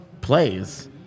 plays